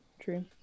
True